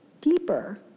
deeper